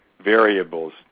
variables